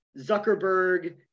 Zuckerberg